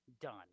done